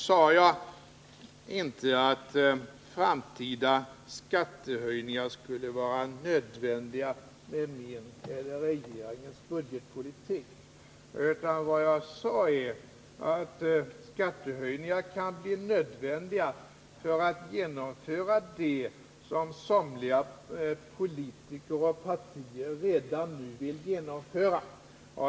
Jag sade inte att framtida skattehöjningar skulle vara nödvändiga med min och regeringens budgetpolitik. Vad jag sade var att skattehöjningar kan bli nödvändiga för att genomföra det som somliga politiker och partier redan nu vill genomföra.